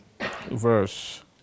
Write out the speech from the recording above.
Verse